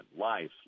life